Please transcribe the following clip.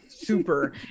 Super